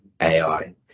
AI